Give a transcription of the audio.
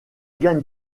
gagnes